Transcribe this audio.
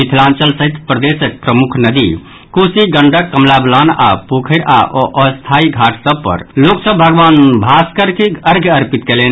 मिथिलांचल सहित प्रदेशक प्रमुख नदी कोसी गंडक कमलाबलान आओर पोखरी आ अस्थायी घाट सभ पर लोक सभ भगवान भास्कर के अर्ध्य अर्पित कयलनि